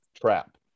trap